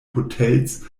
hotels